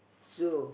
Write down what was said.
so